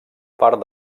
part